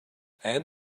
add